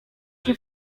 się